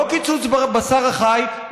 לא קיצוץ בבשר החי,